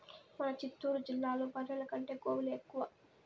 మన చిత్తూరు జిల్లాలో బర్రెల కంటే గోవులే ఎక్కువ